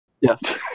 Yes